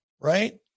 Right